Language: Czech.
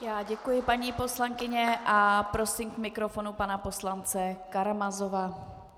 Já děkuji, paní poslankyně, a prosím k mikrofonu pana poslance Karamazova.